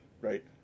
right